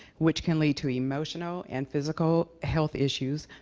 which can lead to emotional and physical health issues,